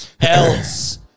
else